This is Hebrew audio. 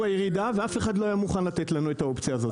הירידה ואף אחד לא היה מוכן לתת לנו את האופציה הזאת.